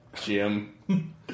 Jim